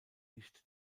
nicht